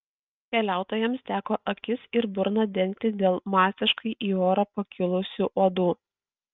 keliautojams teko akis ir burną dengti dėl masiškai į orą pakilusių uodų